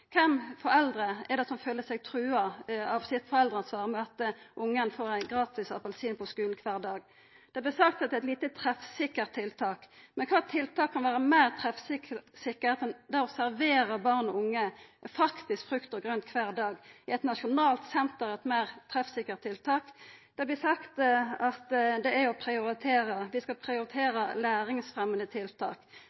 Kven av foreldra er det som føler seg trua av sitt foreldreansvar om ungen får ein gratis appelsin på skulen kvar dag? Det vert sagt at det er eit lite treffsikkert tiltak. Men kva tiltak kan vera meir treffsikkert enn det å servera barn og unge frukt og grønt kvar dag? Er eit nasjonalt senter eit meir treffsikkert tiltak? Det vert sagt at dei skal prioritera læringsfremjande tiltak. Alt i politikk er ei prioritering. Dersom vi